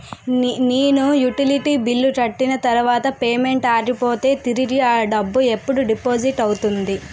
నేను utility bill కట్టిన తర్వాత పేమెంట్ ఆగిపోతే తిరిగి అ డబ్బు ఎప్పుడు డిపాజిట్ అవుతుంది?